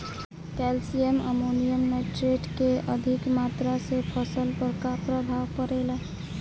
Calcium ammonium nitrate के अधिक मात्रा से फसल पर का प्रभाव परेला?